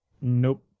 Nope